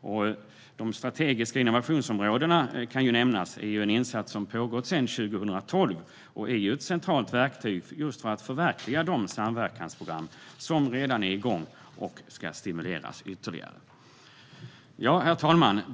Det kan nämnas att de strategiska innovationsområdena är en insats som har pågått sedan 2012. Detta är ett centralt verktyg för att förverkliga de samverkansprogram som redan är igång och som ska stimuleras ytterligare. Herr talman!